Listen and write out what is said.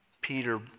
Peter